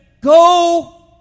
go